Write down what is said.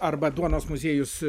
arba duonos muziejus